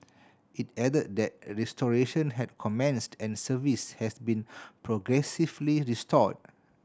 it added that restoration had commenced and service has been progressively restored